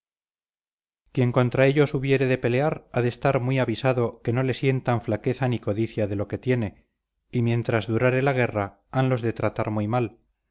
quien contra ellos hubiere de pelear ha de estar muy avisado que no le sientan flaqueza ni codicia de lo que tienen y mientras durare la guerra hanlos de tratar muy mal